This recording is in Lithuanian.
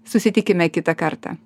susitikime kitą kartą